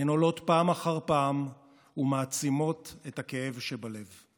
הן עולות פעם אחר פעם ומעצימות את הכאב שבלב.